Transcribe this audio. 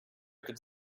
could